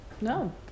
no